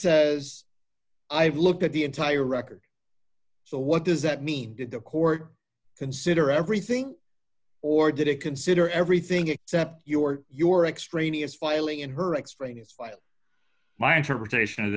says i've looked at the entire record so what does that mean did the court consider everything or did it consider everything except you or your extraneous filing in her explain his file my interpretation